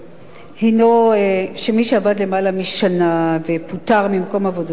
שמי שעבד יותר משנה ופוטר ממקום עבודתו